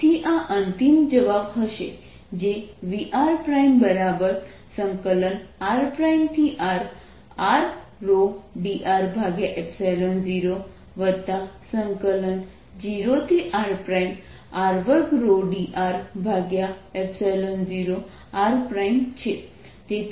તેથી આ અંતિમ જવાબ હશે જેVrrRrρdr00rr2ρdr0r છે